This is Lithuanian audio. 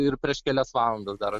ir prieš kelias valandas dar